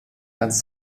ganz